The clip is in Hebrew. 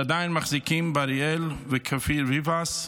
שעדיין מחזיקים באריאל וכפיר ביבס,